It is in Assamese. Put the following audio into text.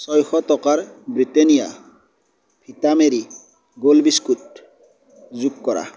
ছয়শ টকাৰ Britannia Vita Marie Gold biscuit যোগ কৰা